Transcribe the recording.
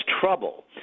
trouble